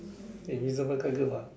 invisible quite good mah